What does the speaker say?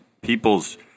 people's